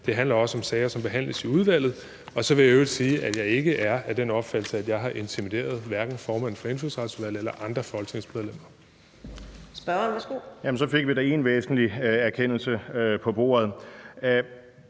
Det handler også om sager, som behandles i udvalget. Og så vil jeg i øvrigt sige, at jeg ikke er af den opfattelse, at jeg har intimideret hverken formanden for Indfødsretsudvalget eller andre folketingsmedlemmer. Kl. 14:05 Fjerde næstformand (Karina